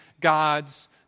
God's